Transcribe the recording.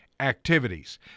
activities